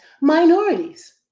minorities